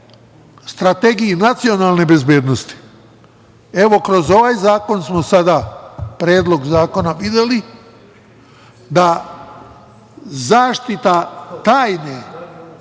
strategiji nacionalne bezbednosti, evo kroz ovaj zakon smo sada, Predlog zakona, videli da zaštita tajne